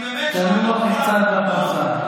תנוח קצת בפרסה.